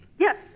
Yes